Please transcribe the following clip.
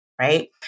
right